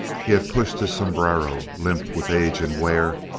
he had pushed his sombrero, limp with age and wear,